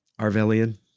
Arvelian